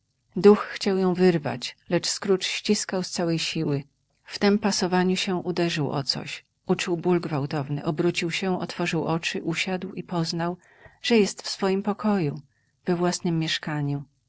duch chciał ją wyrwać lecz scrooge ściskał z całej siły w tem pasowaniu się uderzył o coś uczuł ból gwałtowny obrócił się otworzył oczy usiadł i poznał że jest w swoim pokoju we własnem mieszkaniu